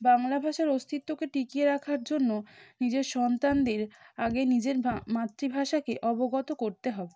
বাংলা ভাষার অস্তিত্বকে টিকিয়ে রাখার জন্য নিজের সন্তানদের আগে নিজের মাতৃভাষাকে অবগত করতে হবে